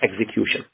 execution